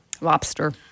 Lobster